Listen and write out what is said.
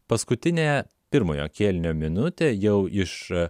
paskutinę pirmojo kėlinio minutę jau iš